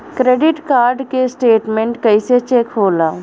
Credit card के statement कइसे check होला?